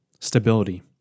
stability